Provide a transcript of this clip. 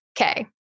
Okay